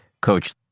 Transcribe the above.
coach